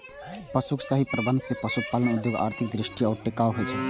पशुक सही प्रबंधन सं पशुपालन उद्योग आर्थिक दृष्टि सं टिकाऊ होइ छै